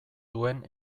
duen